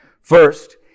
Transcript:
First